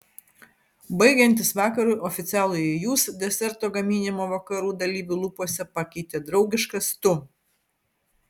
baigiantis vakarui oficialųjį jūs deserto gaminimo vakarų dalyvių lūpose pakeitė draugiškas tu